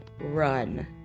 run